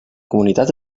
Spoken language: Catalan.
comunitat